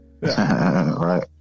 Right